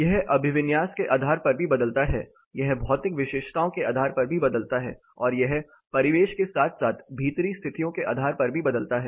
यह अभिविन्यास के आधार पर भी बदलता है यह भौतिक विशेषताओं के आधार पर भी बदलता है और यह परिवेश के साथ साथ भीतरी स्थितियों के आधार पर भी बदलता है